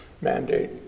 mandate